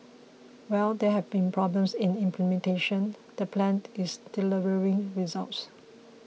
while there have been problems in implementation the plan is delivering results